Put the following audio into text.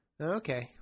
Okay